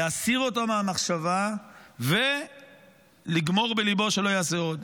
להסיר אותו מהמחשבה ולגמור בליבו שלא יעשה עוד.